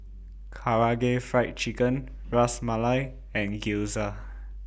Karaage Fried Chicken Ras Malai and Gyoza